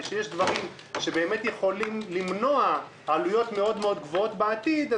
ודברים שיכולים למנוע עלויות מאד גבוהות בעתיד,